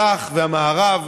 המזרח והמערב.